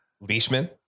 Leishman